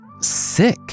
sick